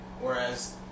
Whereas